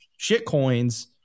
shitcoins